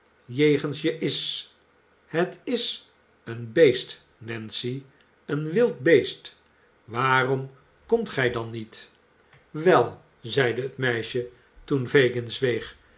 jegens je is het is een beest nancy een wild beest waarom komt gij dan niet wel zeide het meisje toen fagin zweeg